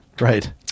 right